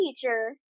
teacher